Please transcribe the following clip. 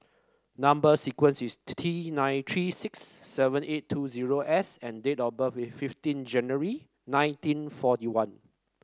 number sequence is T nine three six seven eight two zero S and date of birth is fifteen January nineteen forty one